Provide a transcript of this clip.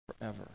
forever